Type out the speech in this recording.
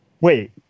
Wait